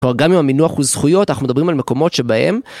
פה גם עם המינוח הוא זכויות, אנחנו מדברים על מקומות שבהם.